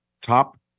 top